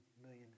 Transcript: million